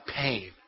pain